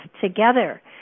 together